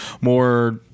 more